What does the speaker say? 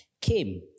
came